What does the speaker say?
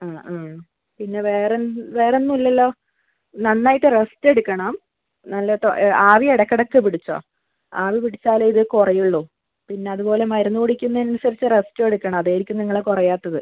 ആ ആ പിന്നെ വേറെ എ വേറെ ഒന്നുമില്ലല്ലോ നന്നായിട്ട് റസ്റ്റ് എടുക്കണം നല്ല ആവി ഇടയ്ക്ക് ഇടയ്ക്ക് പിടിച്ചോ ആവി പിടിച്ചാലേ ഇത് കുറയുള്ളൂ പിന്നെ അതുപോലെ മരുന്ന് കുടിക്കുന്നതിന് അനുസരിച്ച് റസ്റ്റ് എടുക്കണം അതായിരിക്കും നിങ്ങളെ കുറയാത്തത്